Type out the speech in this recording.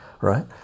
right